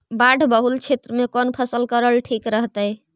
बाढ़ बहुल क्षेत्र में कौन फसल करल ठीक रहतइ?